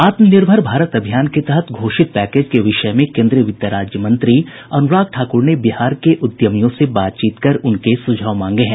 आत्मनिर्भर भारत अभियान के तहत घोषित पैकेज के विषय में केन्द्रीय वित्त राज्य मंत्री अनुराग ठाकुर ने बिहार के उद्यमियों से बातचीत कर उनके सुझाव मांगे हैं